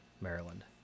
Maryland